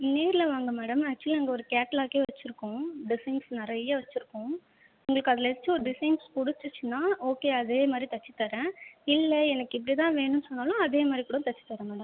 நேரில் வாங்க madam actually நாங்கள் ஒரு கேட்லாக்கே வச்சுருக்கோம் டிசைன்ஸ் நிறைய வச்சுருக்கோம் உங்களுக்கு அதில் ஏதாச்சும் ஒரு டிசைன்ஸ் பிடிச்சிச்சினா ஓகே அதே மாதிரி தைச்சித்தரேன் இல்லை எனக்கு இப்படி தான் வேணும் சொன்னாலும் அதே மாதிரி கூட தைச்சித் தரேன் மேடம்